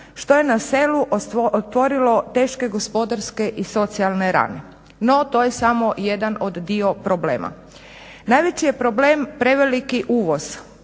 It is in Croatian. što je na selu tvorilo teške gospodarske i socijalne rane. No to je samo jedan dio od problema. Najveći je problem preveliki uvoz.